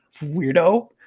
weirdo